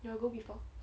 you got go before